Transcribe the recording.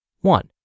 one